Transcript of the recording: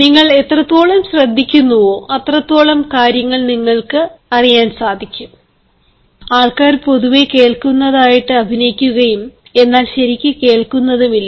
നിങ്ങൾ എത്രത്തോളം ശ്രദ്ധിക്കുന്നുവോ അത്രത്തോളം കാര്യങ്ങൾ നിങ്ങൾക്ക് അറിയാൻ സാധിക്കും ആൾക്കാർ പൊതുവേ കേൾക്കുന്നത് ആയിട്ട് അഭിനയിക്കുകയും എന്നാൽ ശരിക്ക് കേൾക്കുന്നതും ഇല്ല